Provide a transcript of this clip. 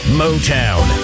motown